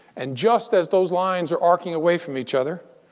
and just as those lines are arcing away from each other,